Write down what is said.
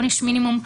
עונש מינימום,